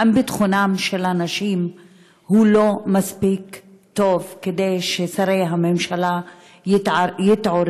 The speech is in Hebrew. האם ביטחונן של הנשים הוא לא מספיק טוב כדי ששרי הממשלה יתעוררו,